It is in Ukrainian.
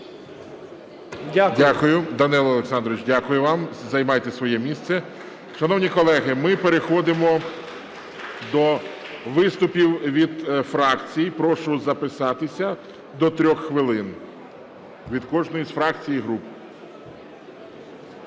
Дякую. Данило Олександровичу, дякую вам. Займайте своє місце. Шановні колеги, ми переходимо до виступів від фракцій. Прошу записатися, до 3 хвилин від кожної з фракцій і груп.